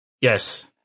Yes